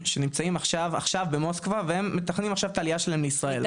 שנמצאים עכשיו במוסקבה והם מתכננים עכשיו את העלייה שלהם לישראל.